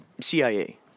CIA